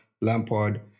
Lampard